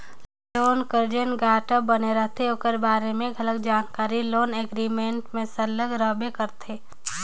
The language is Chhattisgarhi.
लोन कर जेन गारंटर बने रहथे ओकर बारे में घलो जानकारी लोन एग्रीमेंट में सरलग रहबे करथे